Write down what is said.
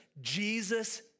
Jesus